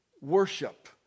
worship